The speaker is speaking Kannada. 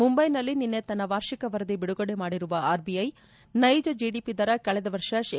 ಮುಂಬೈನಲ್ಲಿ ನಿನ್ನೆ ತನ್ನ ವಾರ್ಷಿಕ ವರದಿ ಬಿಡುಗಡೆ ಮಾಡಿರುವ ಆರ್ಬಿಐ ನೈಜ ಜೆಡಿಪಿ ದರ ಕಳೆದ ವರ್ಷ ಶೇ